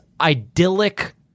idyllic